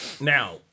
now